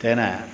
तेन